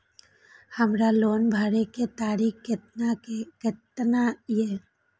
हमर लोन भरे के तारीख केतना ये?